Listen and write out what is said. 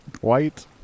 White